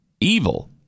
evil